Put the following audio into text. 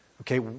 okay